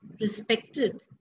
respected